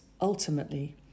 ultimately